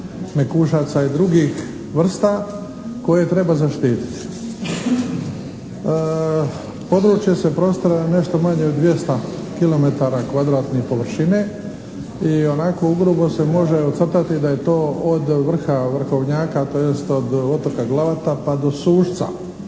mekušaca i drugih vrsta koje treba zaštititi. Područje se prostire nešto manje od 200 kilometara kvadratne površine i onako u grubo se može ocrtati da je to od vrha vrhovnjaka tj. od otoka Glavata pa do Sušca.